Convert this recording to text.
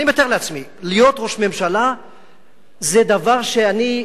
אני מתאר לעצמי שלהיות ראש ממשלה זה דבר שאני,